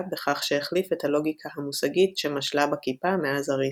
בכך שהחליף את הלוגיקה המושגית שמשלה בכיפה מאז אריסטו.